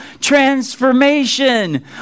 transformation